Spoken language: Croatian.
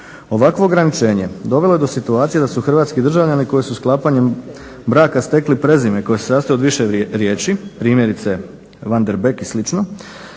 Ovakvo ograničenje dovelo je do situacije da su hrvatski državljani koji su sklapanjem braka stekli prezime koje se sastoji od više riječi, primjerice van der Beg i